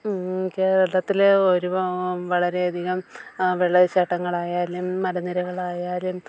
കേരളത്തിലെ ഒരുപാട് വളരെയധികം വെള്ളച്ചാട്ടങ്ങളായാലും മലനിരകളായാലും